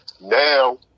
Now